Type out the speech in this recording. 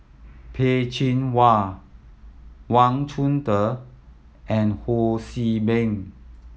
Peh Chin Hua Wang Chunde and Ho See Beng